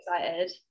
excited